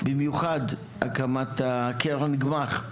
במיוחד הקמת קרן גמ"ח,